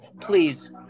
please